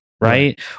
Right